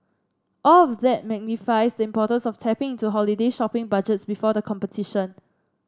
all of that magnifies the importance of tapping into holiday shopping budgets before the competition